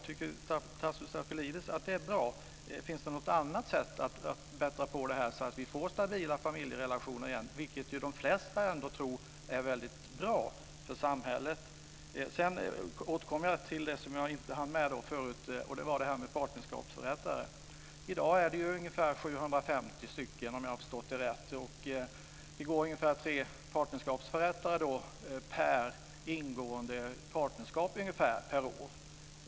Tycker Tasso Stafilidis att det är bra? Finns det något annat sätt att få tillbaka stabila familjerelationer, vilket ju de flesta tror är väldigt bra för samhället? Jag återkommer till en fråga som jag tidigare inte hann med och som gäller partnerskapsförrättare. Det finns såvitt jag vet ungefär 750 sådana i dag, cirka tre per partnerskap som ingås.